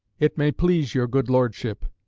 it may please your good lordship